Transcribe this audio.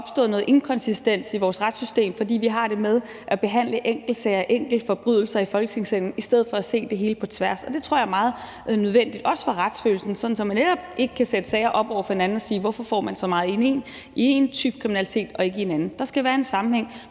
der er opstået noget inkonsistens i vores retssystem, fordi vi har det med at behandle enkeltsager og enkeltforbrydelser i Folketingssalen i stedet for at se det hele på tværs. Det tror jeg er meget nødvendigt, også for retsfølelsen, så man netop ikke kan sætte sager op over for hinanden og spørge: Hvorfor får man så meget for én type kriminalitet og ikke for en anden? Der skal være en sammenhæng,